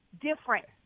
different